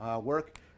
work